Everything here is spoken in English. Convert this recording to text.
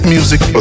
Music